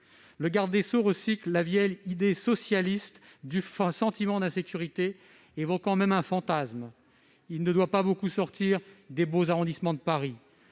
le garde des sceaux recycle la vieille idée socialiste du sentiment d'insécurité, évoquant même un fantasme : il ne doit pas beaucoup sortir des beaux arrondissements de Paris